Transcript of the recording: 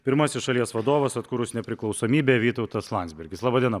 pirmasis šalies vadovas atkūrus nepriklausomybę vytautas landsbergis laba diena